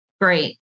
Great